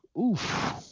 Oof